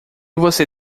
você